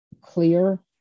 clear